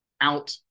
out